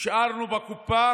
השארנו בקופה